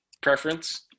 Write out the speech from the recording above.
preference